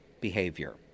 behavior